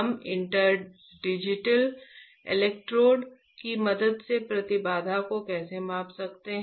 हम interdigital electrode की मदद से प्रतिबाधा को कैसे माप सकते हैं